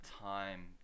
time